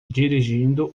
dirigindo